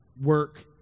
work